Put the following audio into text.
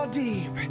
deep